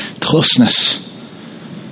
closeness